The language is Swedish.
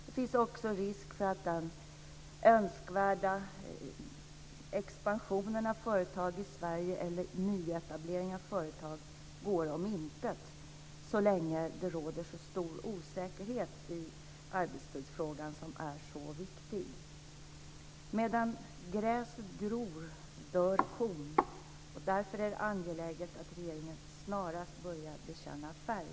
Det finns också en risk för att den önskvärda expansionen av företag i Sverige eller nyetableringen av företag går om intet så länge det råder så stor osäkerhet i arbetstidsfrågan som är så viktig. Medan gräset gror dör kon. Därför är det angeläget att regeringen snarast börjar bekänna färg.